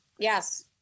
Yes